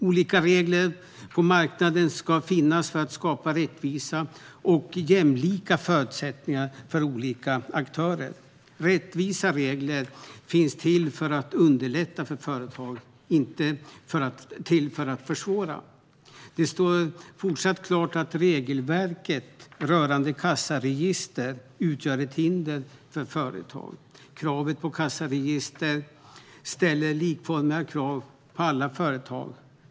Olika regler på marknaden ska finnas till för att skapa rättvisa och jämlika förutsättningar för olika aktörer. Rättvisa regler finns till för att underlätta för företag, inte för att försvåra. Det står fortsatt klart att regelverket rörande kassaregister utgör ett hinder för företag. Kravet på kassaregister ställer likformiga krav på alla företag.